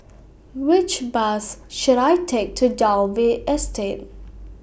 Which Bus should I Take to Dalvey Estate